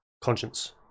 conscience